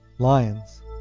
Lions